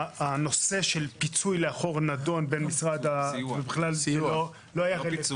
ופשוט באו ואמרו: אל תטרחו להגיש אנו לא מתכוונים לשנות את פעילותנו.